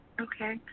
Okay